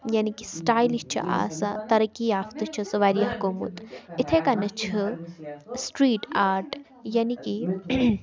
یعنی کہِ سٕٹایلِش چھِ آسان ترقی یافتہٕ چھُ سُہ واریاہ گوٚمُت یِتھَے کٔنَتھ چھِ سٕٹرٛیٖٹ آرٹ یعنی کہِ